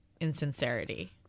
insincerity